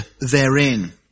therein